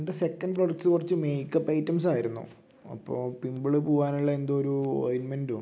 എൻ്റെ second products കുറച്ച് make up ഐറ്റംസായിരുന്നു അപ്പോൾ പിമ്പിൾ പോകാനുള്ള എന്തോ ഒരു ഓയിൻമെൻ്റോ